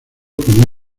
con